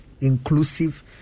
inclusive